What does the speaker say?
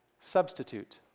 substitute